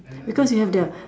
because you have the